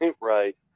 right